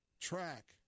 track